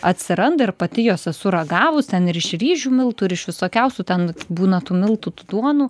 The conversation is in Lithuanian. atsiranda ir pati jos esu ragavus ten ir iš ryžių miltų ir iš visokiausių ten būna tų miltų tų duonų